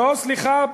לא, סליחה.